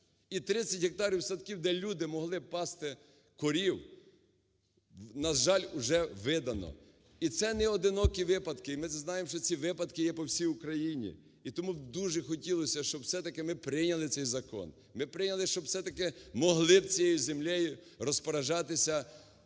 і 30 гектарів садків, де люди могли б пасти корів, на жаль, вже видано, і не одинокі випадки, і ми знаємо, що ці випадки є по всій Україні. І тому дуже хотілося, щоб все-таки ми прийняли цей закон, ми прийняли, щоб все-таки могли б цією землею розпоряджатися